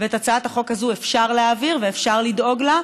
ואת הצעת החוק הזאת אפשר להעביר ואפשר לדאוג לה.